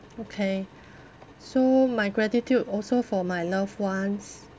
okay so my gratitude also for my loved ones